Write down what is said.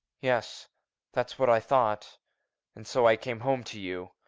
yes that's what i thought and so i came home to you.